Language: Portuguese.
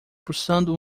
puxando